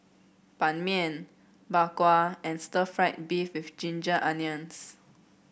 Ban Mian Bak Kwa and stir fry beef with Ginger Onions